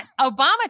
Obama